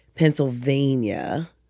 Pennsylvania